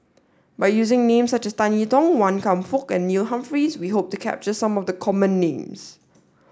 by using names such as Tan I Tong Wan Kam Fook and Neil Humphreys we hope to capture some of the common names